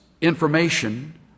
information